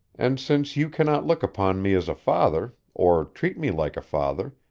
and since you cannot look upon me as a father, or treat me like a father,